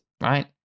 right